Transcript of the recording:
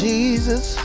Jesus